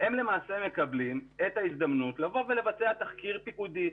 הם למעשה מקבלים את ההזדמנות לבוא ולבצע תחקיר פיקודי.